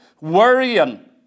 worrying